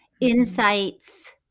insights